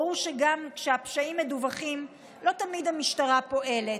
ברור שגם כשהפשעים מדווחים, לא תמיד המשטרה פועלת.